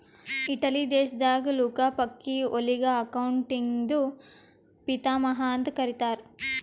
Italy ದೇಶದಾಗ್ Luca ಪಕಿಒಲಿಗ ಅಕೌಂಟಿಂಗ್ದು ಪಿತಾಮಹಾ ಅಂತ್ ಕರಿತ್ತಾರ್